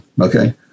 Okay